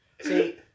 See